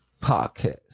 podcast